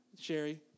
Sherry